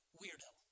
weirdo